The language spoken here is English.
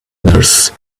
nurse